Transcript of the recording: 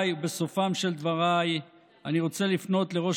ובסופם של דבריי אני רוצה לפנות לראש